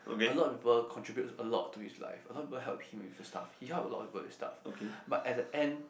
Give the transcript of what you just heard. a lot of people contribute a lot to his life a lot of people help him with his stuff he help a lot of people with stuff but at the end